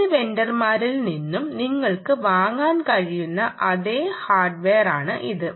ഏത് വെണ്ടർമാരിൽ നിന്നും നിങ്ങൾക്ക് വാങ്ങാൻ കഴിയുന്ന അതേ ഹാർഡ്വെയറാണ് ഇത്